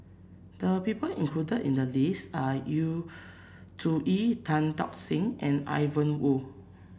the people included in the list are Yu Zhuye Tan Tock Seng and Ian Woo